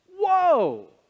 Whoa